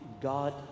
God